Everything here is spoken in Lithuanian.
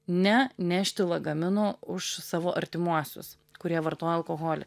nenešti lagamino už savo artimuosius kurie vartoja alkoholį